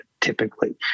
typically